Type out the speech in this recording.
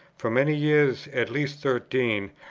for many years, at least thirteen,